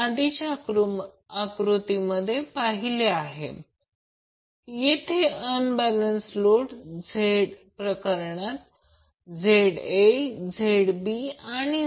आता काही फेजर आकृती आपण पाहिली आहे की जर हे A ते N असेल तर हे लाइन करंट फेज करंट आहे